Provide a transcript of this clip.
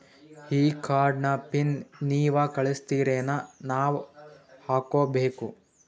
ಈ ಕಾರ್ಡ್ ನ ಪಿನ್ ನೀವ ಕಳಸ್ತಿರೇನ ನಾವಾ ಹಾಕ್ಕೊ ಬೇಕು?